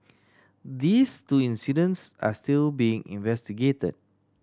these two incidents are still being investigated